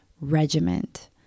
regiment